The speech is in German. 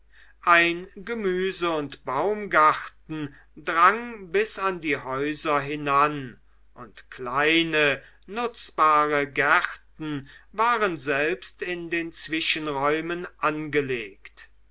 ein gemüse und baumgarten drang bis an die häuser hinan und kleine nutzbare gärten waren selbst in den zwischenräumen angelegt